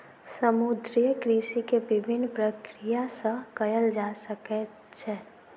समुद्रीय कृषि के विभिन्न प्रक्रिया सॅ कयल जा सकैत छै